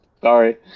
sorry